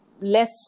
less